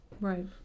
Right